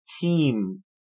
team